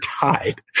tied